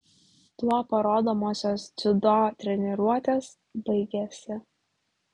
tuo parodomosios dziudo treniruotės baigėsi